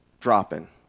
Dropping